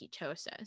ketosis